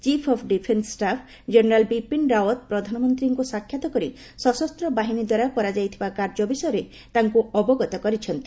chief of defence staff general Bipin Rawat ପ୍ରଧାନମନ୍ତ୍ରୀଙ୍କୁ ସାକ୍ଷାତ କରି ସଶସ୍ତ ବାହିନୀ ଦ୍ୱାରା କରାଯାଇଥିବା କାର୍ଯ୍ୟ ବିଷୟରେ ତାଙ୍କୁ ଅବଗତ କରିଛନ୍ତି